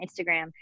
Instagram